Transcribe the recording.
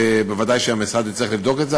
ובוודאי שהמשרד יצטרך לבדוק את זה.